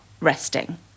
resting